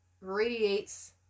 radiates